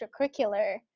extracurricular